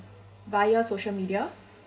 via social media